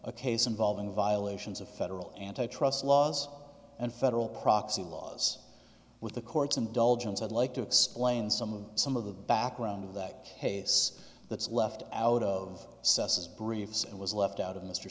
a case involving violations of federal antitrust laws and federal proxy laws with the court's indulgence i'd like to explain some of some of the background of that case that is left out of cessna's briefs and was left out of mr